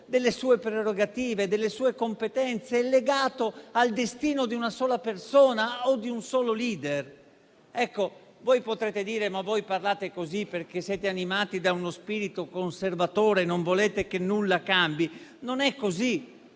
delle sue prerogative e delle sue competenze e legato al destino di una sola persona o di un solo *leader*. Voi potreste dire: ma voi parlate così perché siete animati da uno spirito conservatore e non volete che nulla cambi. Non è così.